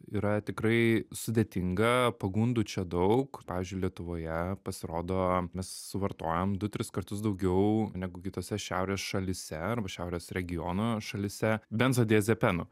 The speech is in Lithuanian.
yra tikrai sudėtinga pagundų čia daug pavyzdžiui lietuvoje pasirodo mes suvartojam du tris kartus daugiau negu kitose šiaurės šalyse arba šiaurės regiono šalyse benzodiazepinų